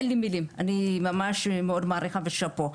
אין לי מילים מאוד מעריכה ושאפו.